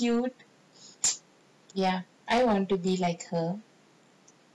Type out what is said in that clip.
so cute ya I want to be like her